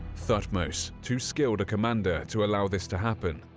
thutmose, too skilled a commander to allow this to happen,